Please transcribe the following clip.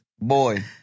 Boy